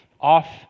off